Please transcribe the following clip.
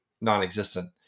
non-existent